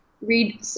read